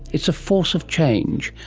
it's a force of change.